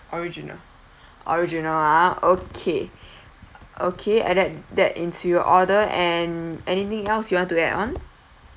original original ah okay okay add that into your order and anything else you want to add on